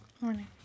morning